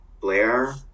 Blair